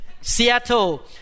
Seattle